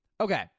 okay